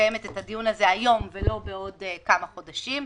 מקיימת את הדיון הזה היום ולא בעוד כמה חודשים,